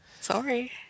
Sorry